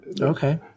Okay